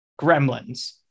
Gremlins